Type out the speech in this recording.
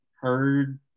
heard